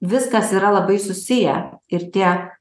viskas yra labai susiję ir tie